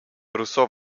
rousseau